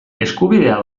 eskubidea